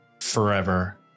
forever